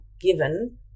given